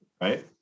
right